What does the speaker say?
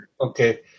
Okay